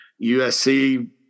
USC